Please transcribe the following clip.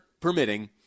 permitting